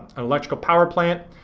electrical power plant,